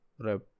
rep